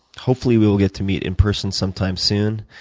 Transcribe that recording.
hopefully, we will get to meet in person sometime soon.